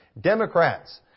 democrats